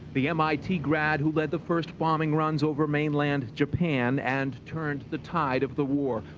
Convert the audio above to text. the mit grad who led the first bombing runs over mainland japan, and turned the tide of the war.